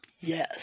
Yes